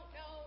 no